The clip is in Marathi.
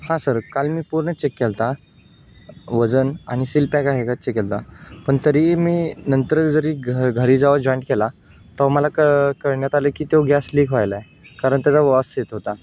हां सर काल मी पूर्ण चेक केला होता वजन आणि सील पॅक आहे का चेक केला होता पण तरी मी नंतर जरी घ घरी जेव्हा जॉईंट केला तेव्हा मला क कळण्यात आलं की तो गॅस लीक व्हायला आहे कारण त्याचा वास येत होता